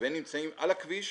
ונמצאים על הכביש,